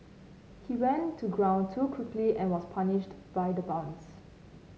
he went to ground too quickly and was punished by the bounce